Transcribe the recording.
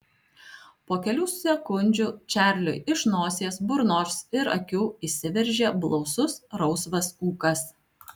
po kelių sekundžių čarliui iš nosies burnos ir akių išsiveržė blausus rausvas ūkas